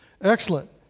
Excellent